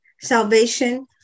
Salvation